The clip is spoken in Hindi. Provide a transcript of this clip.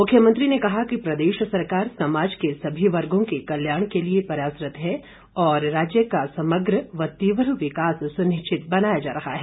मुख्यमंत्री ने कहा कि प्रदेश सरकार समाज के सभी वर्गो के कल्याण के लिए प्रयासरत है और राज्य का समग्र व तीव्र विकास सुनिश्चित बनाया जा रहा है